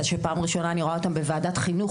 שפעם ראשונה אני רואה אותם בוועדת חינוך,